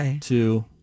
two